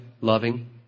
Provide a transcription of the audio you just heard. loving